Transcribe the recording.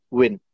win